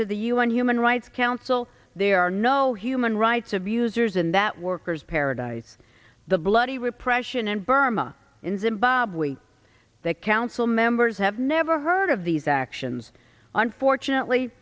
to the un human rights council there are no human rights abusers in that worker's paradise the bloody repression in burma in zimbabwe the council members have never heard of these actions unfortunately